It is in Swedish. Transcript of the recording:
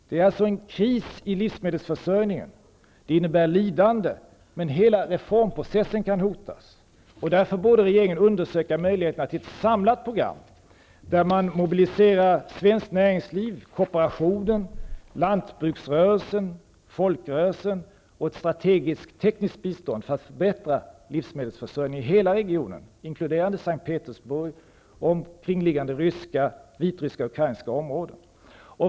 Det är alltså en kris i livsmedelsförsörjningen, som innebär lidande och att hela reformprocessen kan hotas. Därför borde regeringen undersöka möjligheterna till ett samlat program, där man mobiliserar svenskt näringsliv, kooperationen, lanbruksrörelsen, folkrörelserna och ett strategiskt tekniskt bistånd för att förbättra livsmedelsförsörningen i hela regionen, inkluderande S:t Petersburg och omkringliggande ryska, vitryska och ukrainska områden.